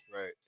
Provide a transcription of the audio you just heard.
Right